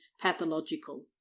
pathological